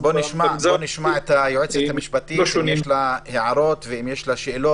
בוא נשמע את היועצת משפטית אם יש לה הערות ואם יש לה שאלות.